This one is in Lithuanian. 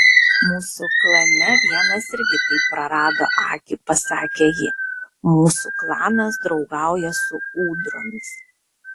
mūsų klane vienas irgi taip prarado akį pasakė ji mūsų klanas draugauja su ūdromis